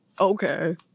okay